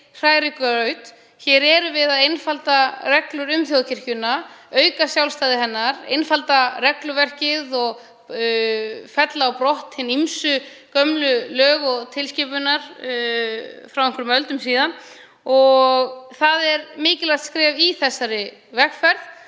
hrærigraut. Við erum að einfalda reglur um þjóðkirkjuna, auka sjálfstæði hennar, einfalda regluverkið og fella á brott hin ýmsu lög og tilskipanir frá einhverjum öldum síðan. Það er mikilvægt skref í þessari vegferð.